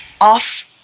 off